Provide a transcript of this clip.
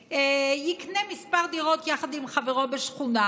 יקנה כמה דירות יחד עם חברו בשכונה,